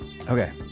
Okay